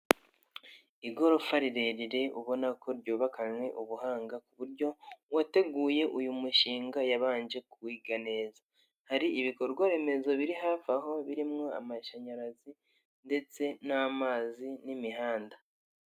Igorofa rirerire ubona ko ryubakanywe ubuhanga, ku buryo uwateguye uyu mushinga yabanje kuwiga neza, hari ibikorwa remezo biri hafi aho birimwo, amashanyarazi, ndetse n'amazi n'imihanda.